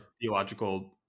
theological